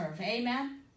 Amen